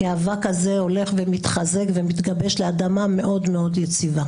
כי האבק הזה הולך ומתחזק ומתגבש לאדמה יציבה מאוד.